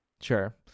Sure